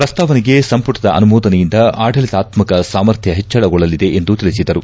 ಪ್ರಸ್ತಾವನೆಗೆ ಸಂಪುಟದ ಅನುಮೋದನೆಯಿಂದ ಆಡಳಿತಾತ್ಕ ಸಾಮರ್ಥ್ನ ಪೆಚ್ಚಳಗೊಳ್ಳಲಿದೆ ಎಂದು ತೀಚಿದರು